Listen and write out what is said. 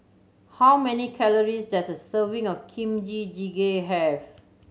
how many calories does a serving of Kimchi Jjigae have